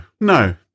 no